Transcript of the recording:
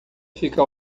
fica